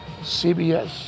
CBS